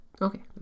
Okay